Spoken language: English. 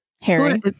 Harry